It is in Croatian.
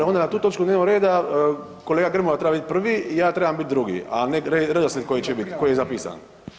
Onda na tu točku dnevnog reda kolega Grmoja treba biti prvi, ja trebam biti drugi, a ne redoslijed koji će biti, koji je zapisan.